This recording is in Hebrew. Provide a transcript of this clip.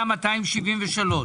232